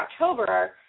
October